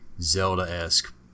Zelda-esque